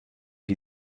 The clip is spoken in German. die